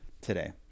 today